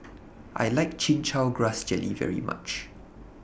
I like Chin Chow Grass Jelly very much